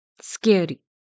Scary